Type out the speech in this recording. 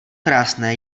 krásné